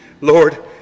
Lord